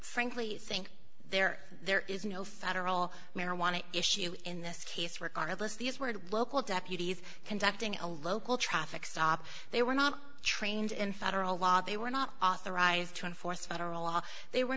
frankly think there there is no federal marijuana issue in this case regardless these words local deputies conducting a local traffic stop they were not trained in federal law they were not authorized to enforce federal law they were